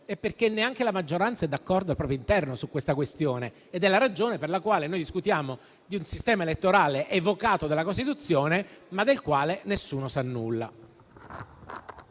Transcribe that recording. è perché neanche la maggioranza è d'accordo al proprio interno su tale questione. È la ragione per la quale noi discutiamo di un sistema elettorale evocato dalla Costituzione, ma del quale nessuno sa nulla.